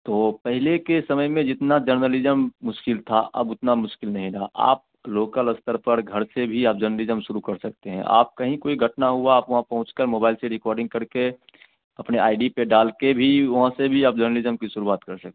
तो पहले के समय में जितना जर्नलिज्म मुश्किल था अब उतना मुश्किल नहीं रहा आप लोकल स्तर पर घर से भी आप जर्नलिज्म शुरू कर सकते हैं आप कहीं कोई घटना हुई आप वहाँ पहुँचकर मोबाइल से रिकॉर्डिंग करके अपने आई डी पे डालकर भी वहाँ से भी आप जर्नलिज्म की शुरुआत कर सकते